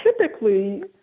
typically